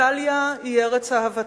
איטליה היא ארץ אהבתי,